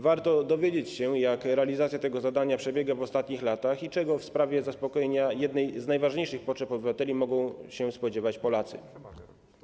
Warto dowiedzieć się, jak realizacja tego zadania przebiegała w ostatnich latach i czego w sprawie zaspokojenia jednej z najważniejszych potrzeb obywateli mogą spodziewać się Polacy.